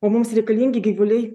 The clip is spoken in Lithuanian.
o mums reikalingi gyvuliai